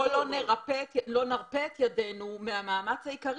בוא לא נרפה את ידינו מהמאמץ העיקרי